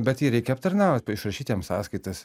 bet jį reikia aptarnaut išrašyt jam sąskaitas